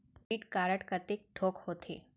Credit card कतेक ठोक होथे?